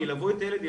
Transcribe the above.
ילוו את הילד,